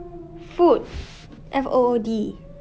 food f o o d